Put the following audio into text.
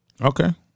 Okay